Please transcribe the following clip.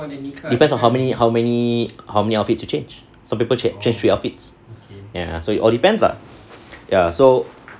depends on how many how many how many outfits to change some people change three outfits ya so it all depends lah ya so